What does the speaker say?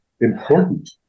important